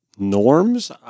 norms